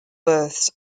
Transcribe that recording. births